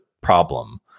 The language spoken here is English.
problem